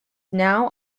now